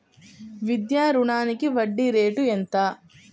విద్యా రుణానికి వడ్డీ రేటు ఎంత?